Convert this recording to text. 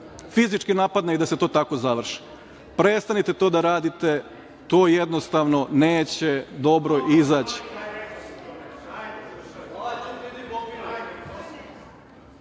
fizički napadne i da se to tako završi. Prestanite to da radite, to jednostavno neće dobro izaći.U